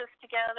together